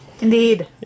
Indeed